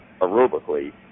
aerobically